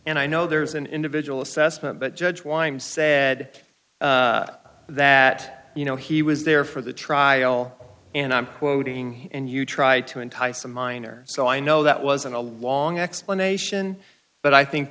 and i know there's an individual assessment but judge why i'm said that you know he was there for the trial and i'm quoting here and you try to entice a minor so i know that wasn't a long explanation but i think